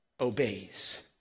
obeys